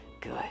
good